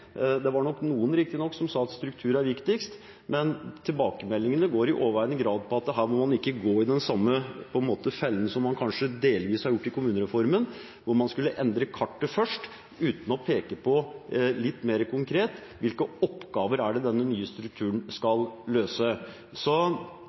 Det var nok noen, riktignok, som sa at struktur er viktigst, men tilbakemeldingene går i overveiende grad på at her må man ikke gå i den samme fellen som man kanskje delvis har gjort når det gjelder kommunereformen, hvor man skulle endre kartet først, uten å peke litt mer konkret på hvilke oppgaver det er den nye strukturen